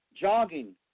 jogging